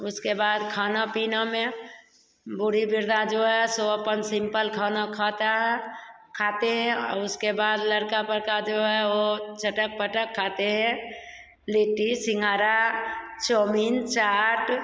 उसके बाद खाना पीना में बूढ़ी वृद्धा जो है सो अपन सिंपल खाना खाता है खाते हैं उसके बाद लड़का वरका जो हैं वे चटक पटक खाते हैं लिटी सिंघारा चौमीन चाट